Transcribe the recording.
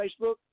Facebook